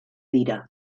dira